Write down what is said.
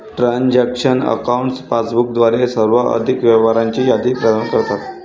transaction accounts passbook द्वारे सर्व आर्थिक व्यवहारांची यादी प्रदान करतात